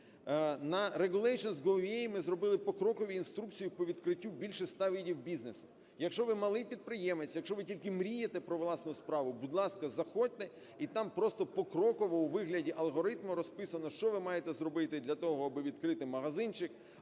На regulations.gov.ua ми зробили покрокову інструкцію по відкриттю більше 100 видів бізнесу. Якщо ви малий підприємець, якщо ви тільки мрієте про власну справу, будь ласка, заходьте і там просто покроково у вигляді алгоритму розписано, що ви маєте зробити для того, аби відкрити магазинчик